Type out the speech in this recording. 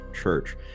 church